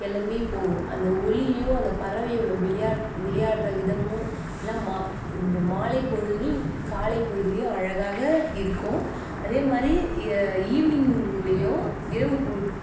கிளம்பி போகும் அந்த ஒலியும் அந்த பறவையோடய விளையாட்டு விளையாடுற விதமும் எல்லாம் மா இந்த மாலை பொழுதுலேயும் காலை பொழுதுலேயும் அழகாக இருக்கும் அதேமாதிரி ஈவினிங்லேயும் இரவுபொ